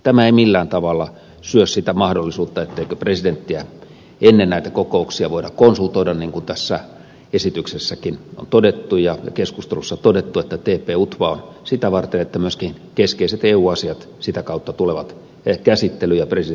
tämä ei millään tavalla syö sitä mahdollisuutta etteikö presidenttiä ennen näitä kokouksia voida konsultoida niin kuin tässä esityksessäkin on todettu ja keskustelussa todettu että tp utva on sitä varten että myöskin keskeiset eu asiat sitä kautta tulevat käsittelyyn ja presidentin kanta kuulluksi